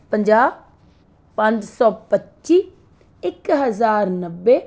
ਪੰਜਾਹ ਪੰਜ ਸੌ ਪੱਚੀ ਇੱਕ ਹਜ਼ਾਰ ਨੱਬੇ